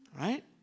Right